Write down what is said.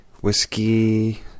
whiskey